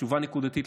תשובה נקודתית,